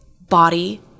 body